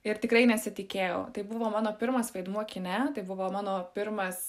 ir tikrai nesitikėjau tai buvo mano pirmas vaidmuo kine tai buvo mano pirmas